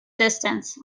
distance